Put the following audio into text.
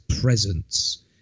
presence